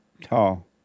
tall